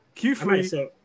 Q3